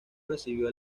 recibió